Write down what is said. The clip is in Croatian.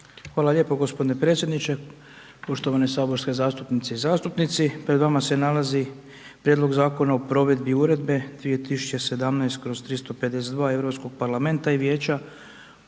Hvala lijepo gospodine predsjedniče. Poštovane saborske zastupnice i zastupnici. Pred vama se nalazi Prijedlog Zakona o provedbi Uredbe (EU) 2017/352 Europskog parlamenta i Vijeća